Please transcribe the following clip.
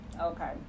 Okay